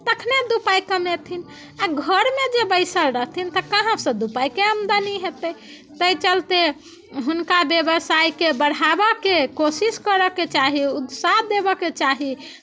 तखने दू पाइ कमेथिन आ घरमे जे बैसल रहथिन तऽ कहाँसँ दू पाइके आमदनी हेतै ताहि चलते हुनका व्यवसायके बढ़ाबयके कोशिश करयके चाही उत्साह देबयके चाही